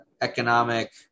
economic